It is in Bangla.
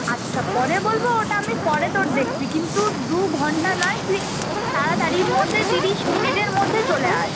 আচ্ছা পরে বলব ওটা আমি পরে তোর দেখছি কিন্তু দুঘণ্টা নয় তুই তাড়াতাড়ির মধ্যে তিরিশ মিনিটের মধ্যে চলে আয়